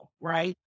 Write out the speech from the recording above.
right